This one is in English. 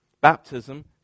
baptism